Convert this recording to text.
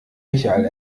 michael